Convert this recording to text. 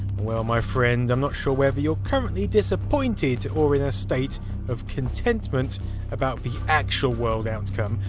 well, my friend, i'm not sure whether you're currently disappointed or in a state of contentment about the actual world outcome,